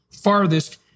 farthest